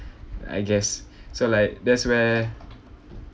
I guess so like that's where